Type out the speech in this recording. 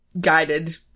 guided